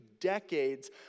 decades